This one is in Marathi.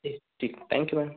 ठीक थँक यू मॅडम